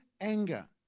anger